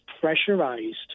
pressurized